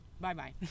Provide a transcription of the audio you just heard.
Bye-bye